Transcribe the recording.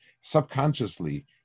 Subconsciously